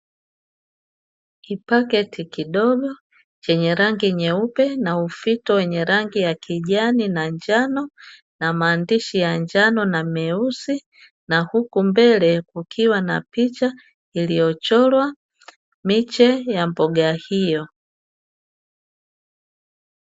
Kipaketi kidogo chenye rangi nyeupe, na ufito wenye rangi ya kijani na njano, na maandishi ya njano na meusi, na huku mbele kukiwa na picha iliyochorwa miche ya mboga hiyo.